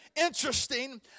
interesting